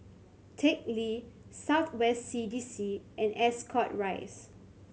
Teck Lee South West C D C and Ascot Rise